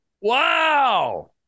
Wow